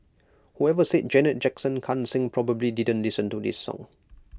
whoever said Janet Jackson can't sing probably didn't listen to this song